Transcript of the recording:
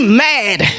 mad